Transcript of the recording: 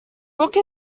brooke